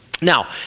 Now